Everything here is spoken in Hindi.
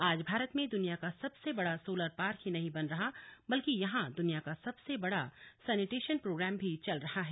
आज भारत में दुनिया का सबसे बड़ा सोलर पार्क ही नहीं बन रहा बल्कि यहां दुनिया का सबसे बड़ा सेनीटेशन प्रोग्राम भी चल रहा है